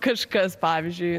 kažkas pavyzdžiui